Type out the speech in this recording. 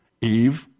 Eve